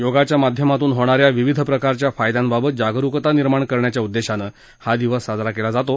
योगाच्या माध्यमातून होणा या विविध प्रकारच्या फायद्यांबाबत जागरुकता निर्माण करण्याच्या उद्देशानं हा दिवस साजरा केला जातो